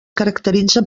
caracteritza